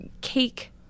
cake